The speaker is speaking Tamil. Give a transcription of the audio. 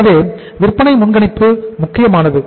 எனவே விற்பனை முன்கணிப்பு முக்கியமானது